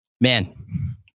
man